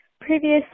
previously